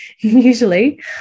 usually